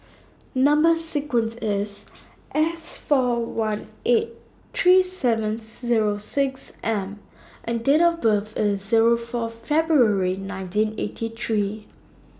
Number sequence IS S four one eight three seven Zero six M and Date of birth IS Zero four February nineteen eighty three